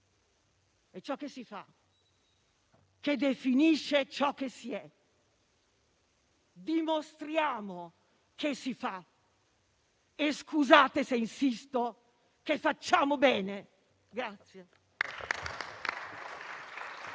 È ciò che si fa che definisce ciò che si è; dimostriamo che si fa e - scusate se insisto - che facciamo bene.